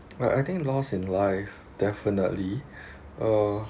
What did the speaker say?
I I think lost in life definitely uh